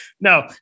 No